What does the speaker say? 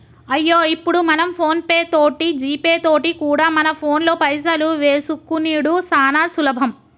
అయ్యో ఇప్పుడు మనం ఫోన్ పే తోటి జీపే తోటి కూడా మన ఫోన్లో పైసలు వేసుకునిడు సానా సులభం